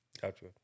Gotcha